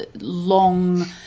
long